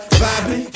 vibing